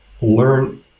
learn